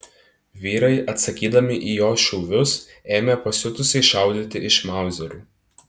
vyrai atsakydami į jo šūvius ėmė pasiutusiai šaudyti iš mauzerių